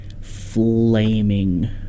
flaming